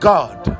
God